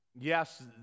Yes